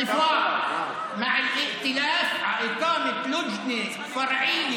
לפני שעה הרשימה המאוחדת פרסמה הצהרה שהיא הגיעה עכשיו